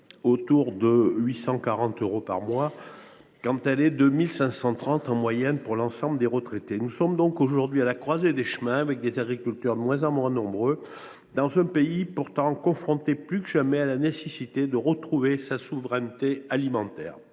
autour de 840 euros par mois, quand elle est, en moyenne, de 1 530 euros pour l’ensemble des retraités. Nous sommes donc aujourd’hui à la croisée des chemins, avec des agriculteurs de moins en moins nombreux, dans un pays pourtant plus que jamais confronté à la nécessité de retrouver sa souveraineté alimentaire.